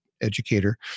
educator